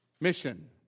mission